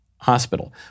Hospital